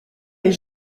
est